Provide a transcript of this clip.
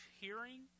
hearing